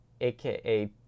aka